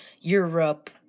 Europe